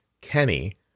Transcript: Kenny